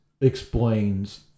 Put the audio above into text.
explains